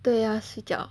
对呀睡觉